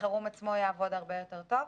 החירום עצמו יעבוד הרבה יותר טוב.